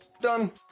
Done